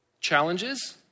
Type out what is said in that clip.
challenges